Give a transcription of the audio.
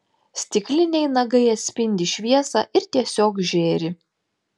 stikliniai nagai atspindi šviesą ir tiesiog žėri